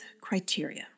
criteria